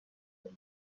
حرکت